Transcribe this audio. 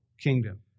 kingdom